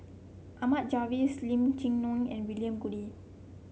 Ahmad Jais Lim Chee Onn and William Goode